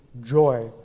joy